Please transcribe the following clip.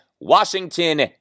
Washington